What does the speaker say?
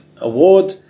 award